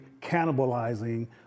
cannibalizing